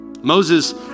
Moses